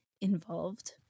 involved